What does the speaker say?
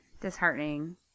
disheartening